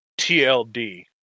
TLD